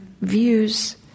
views